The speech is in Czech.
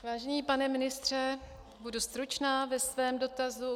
Vážený pane ministře, budu stručná ve svém dotazu.